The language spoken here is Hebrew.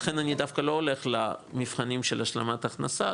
לכן אני דווקא לא הולך למבחנים של השלמת הכנסה,